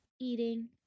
eating